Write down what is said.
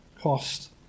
cost